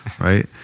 right